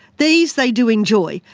these they do enjoy,